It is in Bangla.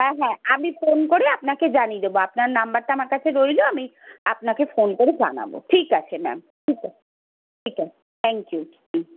হ্যাঁ হ্যাঁ আমি ফোন করে আপনাকে জানিয়ে দেবো আপনার নাম্বারটা আমার কাছে রইলো আমি আপনাকে ফোন করে জানাবো ঠিক আছে ম্যাম ঠিক আ ঠিক আছে থ্যাংক ইউ হুম